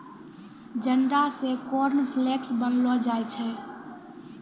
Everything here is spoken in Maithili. जंडा से कॉर्नफ्लेक्स बनैलो जाय छै